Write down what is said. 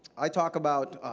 i talk about